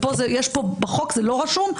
בחוק זה לא רשום,